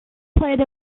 played